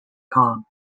com